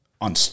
on